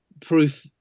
proof